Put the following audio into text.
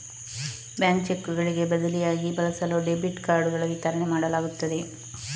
bank ಚೆಕ್ಕುಗಳಿಗೆ ಬದಲಿಯಾಗಿ ಬಳಸಲು ಡೆಬಿಟ್ ಕಾರ್ಡುಗಳ ವಿತರಣೆ ಮಾಡಲಾಗುತ್ತದೆ